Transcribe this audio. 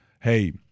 hey